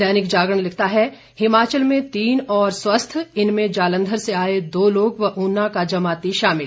दैनिक जागरण लिखता है हिमाचल में तीन और स्वस्थ इनमें जालंधर से आए दो लोग व ऊना का जमाती शामिल